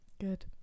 good